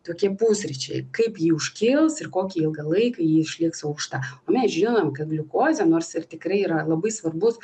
tokie pusryčiai kaip ji užkils ir kokį ilgą laiką ji išliks aukšta o mes žinom kad gliukozė nors ir tikrai yra labai svarbus